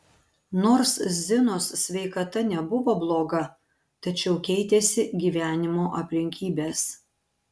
nors zinos sveikata nebuvo bloga tačiau keitėsi gyvenimo aplinkybės